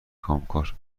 کامکار